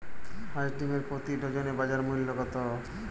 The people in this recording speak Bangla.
হাঁস ডিমের প্রতি ডজনে বাজার মূল্য কত?